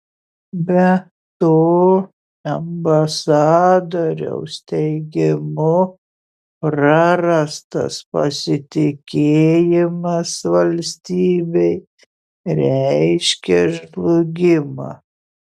be to ambasadoriaus teigimu prarastas pasitikėjimas valstybei reiškia žlugimą